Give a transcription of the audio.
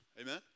Amen